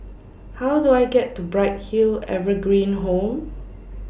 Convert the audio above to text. How Do I get to Bright Hill Evergreen Home